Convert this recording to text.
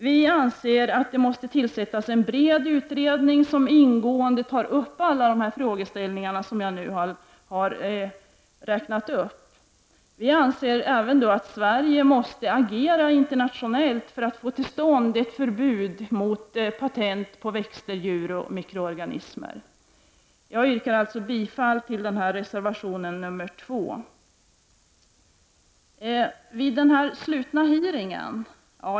Vi anser att det måste tillsättas en bred utredning, som ingående tar upp alla de frågeställningar som jag har räknat upp. Vi anser att även Sverige måste agera internationellt för att det skall bli ett förbud mot patent på växter, djur och mikroorganismer. Jag yrkar därför bifall till reservation 2. Vi har haft en sluten utfrågning.